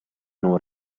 non